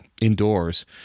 indoors